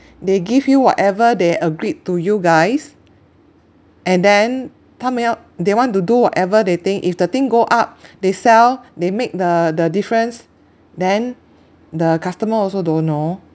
they give you whatever they agreed to you guys and then 他们要 they want to do whatever they think if the thing go up they sell they make the the difference then the customer also don't know